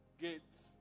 gates